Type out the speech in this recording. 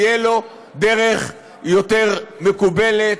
תהיה לו דרך יותר מקובלת,